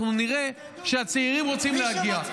אנחנו נראה שהצעירים רוצים להגיע,